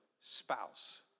spouse